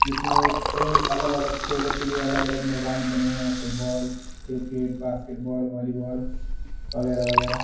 جس میں کئی الگ الگ کھیلوں کے لیے الگ الگ میدان بنے ہوئے ہیں football cricket basketball volleyball وغیرہ وغیرہ